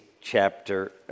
chapter